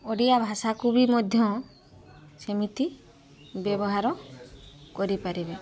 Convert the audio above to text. ଓଡ଼ିଆ ଭାଷାକୁ ବି ମଧ୍ୟ ସେମିତି ବ୍ୟବହାର କରିପାରିବେ